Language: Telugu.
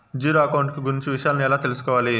జీరో అకౌంట్ కు గురించి విషయాలను ఎలా తెలుసుకోవాలి?